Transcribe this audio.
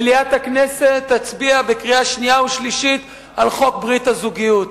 מליאת הכנסת תצביע בקריאה שנייה ושלישית על חוק ברית הזוגיות.